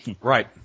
Right